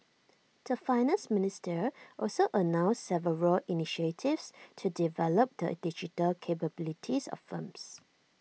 the Finance Minister also announced several initiatives to develop the digital capabilities of firms